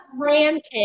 ranted